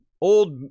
old